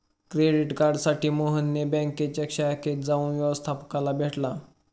credit कार्डसाठी मोहन बँकेच्या शाखेत जाऊन व्यवस्थपकाला भेटला